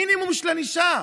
מינימום של ענישה.